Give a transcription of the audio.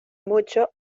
mucho